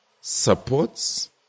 supports